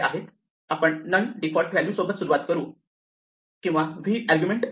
आपण सुरुवातीच्या none default value सोबत सुरुवात करू किंवा v अर्ग्युमेण्ट दिला जाईल